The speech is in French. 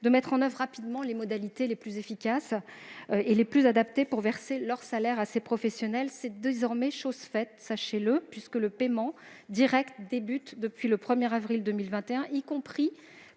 de mettre en oeuvre rapidement les modalités les plus efficaces et les plus adaptées pour verser leurs salaires à ces professionnels. Sachez que c'est désormais chose faite, puisque leur paiement direct est assuré depuis le 1 avril 2021, y compris